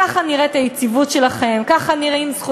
כך נראית היציבות שלכם,